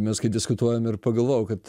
mes kai diskutuojam ir pagalvojau kad